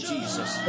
Jesus